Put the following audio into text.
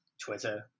Twitter